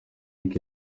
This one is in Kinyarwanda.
eric